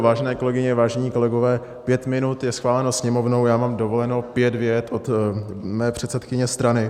Vážené kolegyně, vážení kolegové, pět minut je schváleno Sněmovnou, já mám dovoleno pět vět od mé předsedkyně strany.